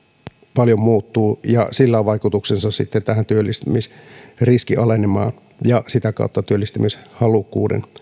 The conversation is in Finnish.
paljon ja sillä on vaikutuksensa sitten tähän työllistämisriskin alenemaan ja sitä kautta työllistämishalukkuuden